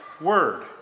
word